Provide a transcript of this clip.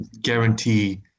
guarantee